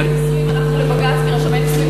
של רשמי הנישואין הלכנו לבג"ץ כי רשמי נישואין